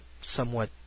somewhat